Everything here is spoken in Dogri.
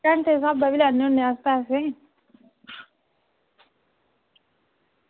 घैंटे दे स्हाबै बी लैने होने अस पैसे